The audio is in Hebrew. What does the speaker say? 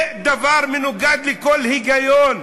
זה דבר מנוגד לכל היגיון.